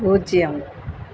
பூஜ்ஜியம்